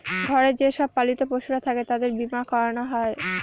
ঘরে যে সব পালিত পশুরা থাকে তাদের বীমা করানো হয়